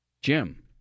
Jim